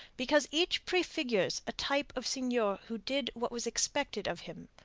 because each prefigures a type of seigneur who did what was expected of him,